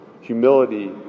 Humility